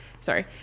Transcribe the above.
sorry